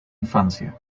infancia